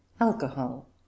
Alcohol